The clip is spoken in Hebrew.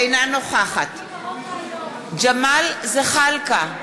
אינה נוכחת ג'מאל זחאלקה,